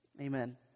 Amen